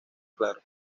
claro